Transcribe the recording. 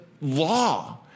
law